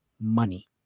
money